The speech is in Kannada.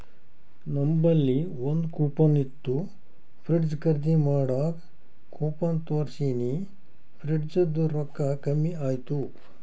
ನಂಬಲ್ಲಿ ಒಂದ್ ಕೂಪನ್ ಇತ್ತು ಫ್ರಿಡ್ಜ್ ಖರ್ದಿ ಮಾಡಾಗ್ ಕೂಪನ್ ತೋರ್ಸಿನಿ ಫ್ರಿಡ್ಜದು ರೊಕ್ಕಾ ಕಮ್ಮಿ ಆಯ್ತು